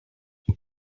tell